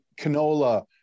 canola